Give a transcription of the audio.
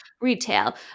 retail